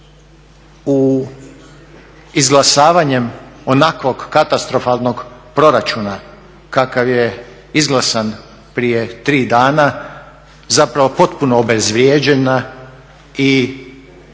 je izglasavanjem onakvog katastrofalnog proračuna kakav je izglasan prije tri dana zapravo potpuno obezvrijeđena i jasno